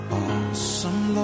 awesome